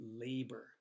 labor